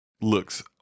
looks